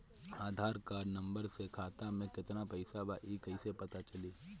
आधार number से खाता में केतना पईसा बा ई क्ईसे पता चलि?